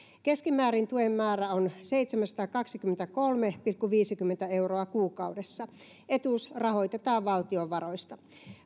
keskimäärin tuen määrä on seitsemänsataakaksikymmentäkolme pilkku viisikymmentä euroa kuukaudessa etuus rahoitetaan valtion varoista